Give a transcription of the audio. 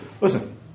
Listen